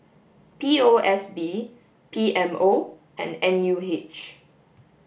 P O S B P M O and N U H